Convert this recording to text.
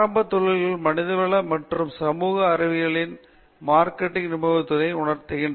ஆரம்ப தொழில்கள் மனிதவள மற்றும் சமூக அறிவியல்களின் மார்க்கெட்டிங் நிபுணத்துவத்தை உணர்த்துள்ளன